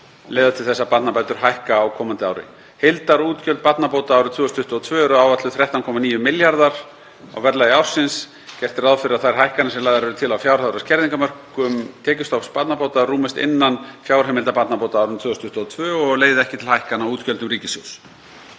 leiða til þess að barnabætur hækka á komandi ári. Heildarútgjöld barnabóta árið 2022 eru áætluð 13,9 milljarðar á verðlagi ársins. Gert er ráð fyrir að þær hækkanir sem lagðar eru til á fjárhæðar- og skerðingarmörkum tekjustofns barnabóta rúmist innan fjárheimilda barnabóta á árinu 2022 og leiði ekki til hækkana á útgjöldum ríkissjóðs.